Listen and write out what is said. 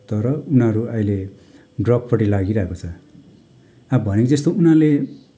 तर उनीहरू अहिले ड्रगपट्टि लागिरहेको छ अब भनेको जस्तो उनीहरूले